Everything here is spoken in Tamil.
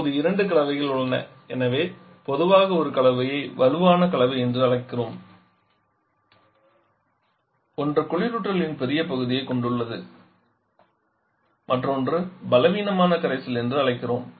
இப்போது இரண்டு கலவைகள் உள்ளன எனவே பொதுவாக ஒரு கலவையை வலுவான கரைசல் என்று அழைக்கிறோம் ஒன்று குளிரூட்டலின் பெரிய பகுதியைக் கொண்டுள்ளது மற்றொன்று பலவீனமான கரைசல் என்று அழைக்கிறோம்